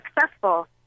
successful